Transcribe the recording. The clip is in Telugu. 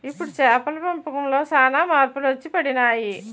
ఇప్పుడు చేపల పెంపకంలో సాన మార్పులు వచ్చిపడినాయి